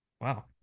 Wow